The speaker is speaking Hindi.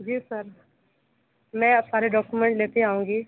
जी सर मैं अब सारे डॉक्यूमेंट लेते आऊँगी